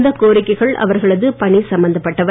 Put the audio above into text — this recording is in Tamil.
இந்த கோரிக்கைகள் அவர்களது பணி சம்பந்தப்பட்டவை